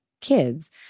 kids